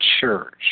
church